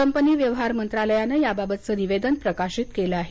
company व्यवहार मंत्रालयानं याबाबतचं निवेदन प्रकाशित केलं आहे